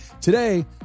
Today